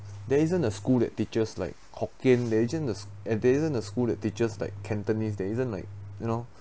there isn't a school that teaches like hokkien and there isn't a school that teaches like cantonese there isn't like you know